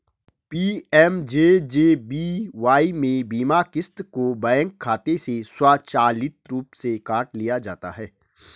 PMJJBY में बीमा क़िस्त को बैंक खाते से स्वचालित रूप से काट लिया जाता है